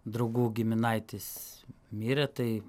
draugų giminaitis mirė tai